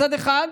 מצד אחד,